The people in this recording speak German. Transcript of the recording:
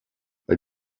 weil